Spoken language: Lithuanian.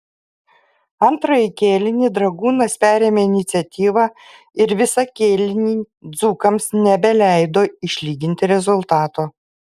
antrąjį kėlinį dragūnas perėmė iniciatyvą ir visą kėlinį dzūkams nebeleido išlyginti rezultato